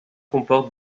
comporte